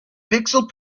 pixel